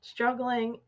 Struggling